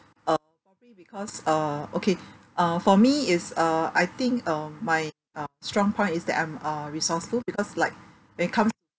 uh probably because uh okay uh for me is uh I think um my uh strong point is that I'm uh resourceful because like when it comes